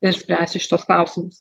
ir spręsti šituos klausimus